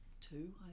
two